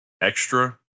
extra